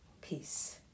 Peace